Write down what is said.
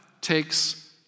takes